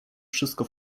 wszystko